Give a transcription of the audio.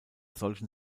solchen